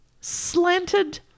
slanted